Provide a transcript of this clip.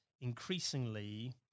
increasingly